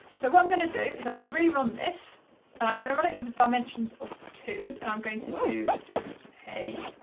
so what i'm gonna do, is i'm gonna re-run this and i'm gonna run it with the dimensions of two, and i'm going to do